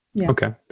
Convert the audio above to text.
okay